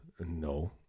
no